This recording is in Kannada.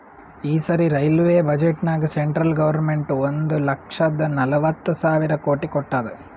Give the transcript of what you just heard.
ಈ ಸರಿ ರೈಲ್ವೆ ಬಜೆಟ್ನಾಗ್ ಸೆಂಟ್ರಲ್ ಗೌರ್ಮೆಂಟ್ ಒಂದ್ ಲಕ್ಷದ ನಲ್ವತ್ ಸಾವಿರ ಕೋಟಿ ಕೊಟ್ಟಾದ್